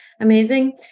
Amazing